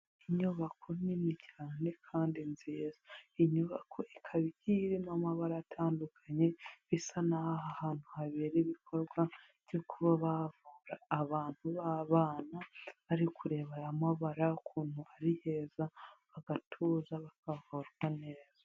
Inyubako nini cyane kandi nziza, inyubako ikaba igiye irimo amabara atandukanye bisa n'aho aha hantu habera ibikorwa byo kuba bavura abantu b'abana bari kureba aya amabara ukuntu ari heza, bagatuza bakavurwa neza.